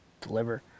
deliver